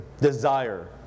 desire